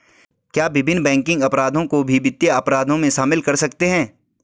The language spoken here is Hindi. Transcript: क्या विभिन्न बैंकिंग अपराधों को भी वित्तीय अपराधों में शामिल कर सकते हैं?